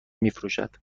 میفروشد